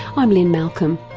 i'm lynne malcolm,